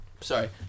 Sorry